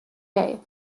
day